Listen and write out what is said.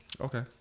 Okay